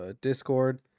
Discord